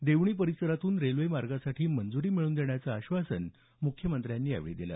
देवणी परिसरातून रेल्वेमार्ग जाण्यासाठी मंजुरी मिळवून देण्याचं आश्वासन मुख्यमंत्र्यांनी यावेळी दिलं